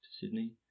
Sydney